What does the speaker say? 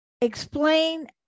explain